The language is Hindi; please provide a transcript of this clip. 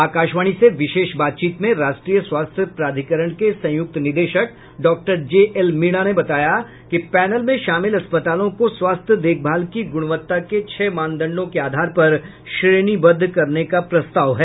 आकाशवाणी से विशेष बातचीत में राष्ट्रीय स्वास्थ्य प्राधिकरण के संयुक्त निदेशक डॉक्टर जे एल मीणा ने बताया कि पैनल में शामिल अस्पतालों को स्वास्थ्य देशभाल की गुणवत्ता के छह मानदंडों के आधार पर श्रेणीबद्ध करने का प्रस्ताव है